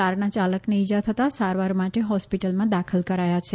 કારના યાલકને ઇજા થતાં સારવાર માટે હોસ્પિટલમાં દાખલ કરવામાં આવ્યા છે